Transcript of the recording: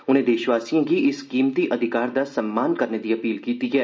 उनें देशवासियें गी इस कीमती अधिकार दा सम्मान करने दी अपील कीती ऐ